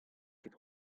ket